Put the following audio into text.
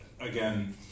again